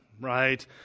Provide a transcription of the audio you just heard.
Right